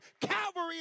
Calvary